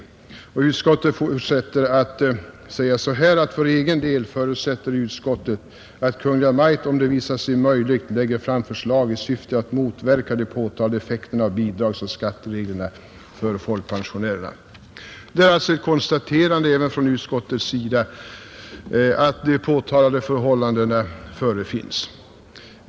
Och utskottet fortsätter: ”För egen del förutsätter utskottet att Kungl. Maj:t, om det visar sig möjligt, lägger fram förslag i syfte att motverka de påtalade effekterna av bidragsoch skattereglerna för folkpensionärerna.” Det är alltså även från utskottets sida ett konstaterande av att de påtalade förhållandena förefinnes.